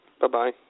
Bye-bye